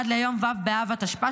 עד ליום ו' באב התשפ"ה,